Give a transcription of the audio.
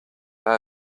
pas